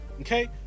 okay